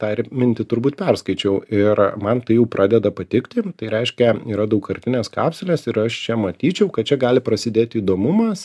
tą ir mintį turbūt perskaičiau ir man tai jau pradeda patikti tai reiškia yra daugkartinės kapsulės ir aš čia matyčiau kad čia gali prasidėti įdomumas